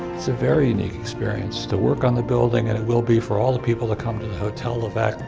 it's a very unique experience to work on the building and it will be for all the people that come to the hotel leveque.